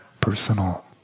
personal